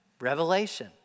Revelation